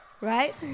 right